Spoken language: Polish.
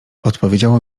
odpowiedziało